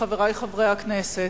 חברי חברי הכנסת,